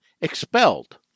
expelled